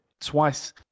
twice